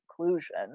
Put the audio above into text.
conclusion